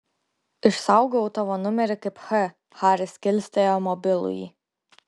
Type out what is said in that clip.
išsaugojau tavo numerį kaip h haris kilstelėjo mobilųjį